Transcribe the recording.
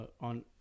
on